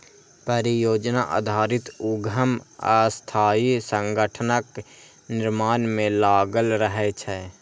परियोजना आधारित उद्यम अस्थायी संगठनक निर्माण मे लागल रहै छै